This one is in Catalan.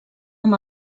amb